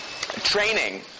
training